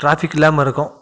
traffic இல்லாமல் இருக்கும்